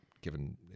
given